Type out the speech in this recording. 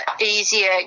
easier